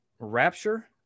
rapture